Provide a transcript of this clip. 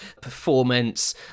performance